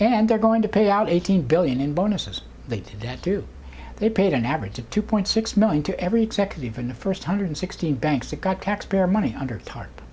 and they're going to pay out eighteen billion in bonuses they did that do they paid an average of two point six million to every executive in the first hundred sixteen banks that got taxpayer money under tarp